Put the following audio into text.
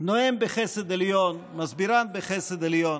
נואם בחסד עליון, מסבירן בחסד עליון.